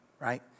right